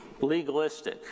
legalistic